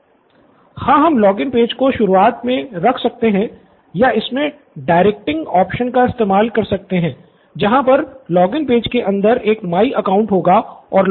student Siddharth हाँ हम login page को शुरुआत मे रख सकते हैं या इसमे डायरेक्टिंग होगा और लॉगिन के बाहर यूज़र का अपना पेज